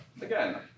again